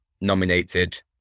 nominated